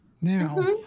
now